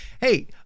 Hey